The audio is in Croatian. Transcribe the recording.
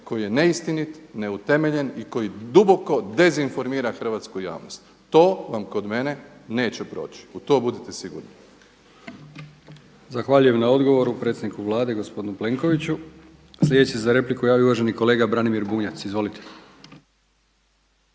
koji je neistinit, neutemeljen i koji duboko dezinformira hrvatsku javnost. To vam kod mene neće proći u to budite sigurni. **Brkić, Milijan (HDZ)** Zahvaljujem na odgovoru predsjedniku Vlade gospodinu Plenkoviću. Sljedeći se za repliku javio uvaženi kolega Branimir Bunjac. Izvolite.